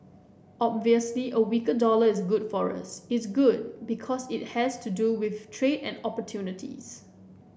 obviously a weaker dollar is good for us it's good because it has to do with trade and opportunities